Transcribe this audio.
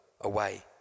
away